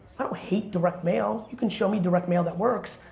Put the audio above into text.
i don't hate direct mail, you can show me direct mail that works,